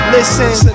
Listen